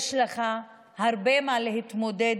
יש לך הרבה עם מה להתמודד,